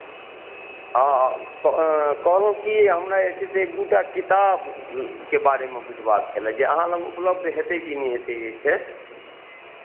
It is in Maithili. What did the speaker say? हँ हँ कहू की हमरा जे छै से एक दू टा किताबके बारेमे बुझबाक छले जे अहाँ लगमे उपलब्ध हेतै कि नहि हेतै जे छै